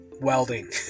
welding